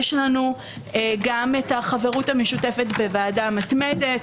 יש לנו גם החברות המשותפת בוועדה המתמדת,